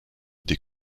des